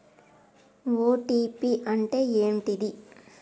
OTP అంటే ఏంటిది?